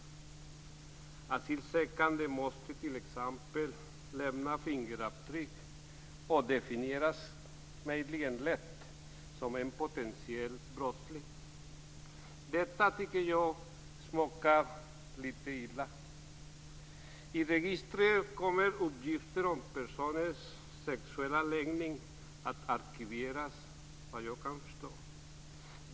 Asylsökande måste t.ex. lämna fingeravtryck och definieras lätt som potentiella brottslingar. Detta tycker jag smakar litet illa. I registret kommer också uppgifter om personers sexuella läggning att arkiveras, vad jag kan förstå.